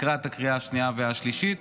לקראת הקריאה השנייה והשלישית,